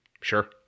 Sure